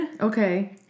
Okay